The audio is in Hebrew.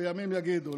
וימים יגידו,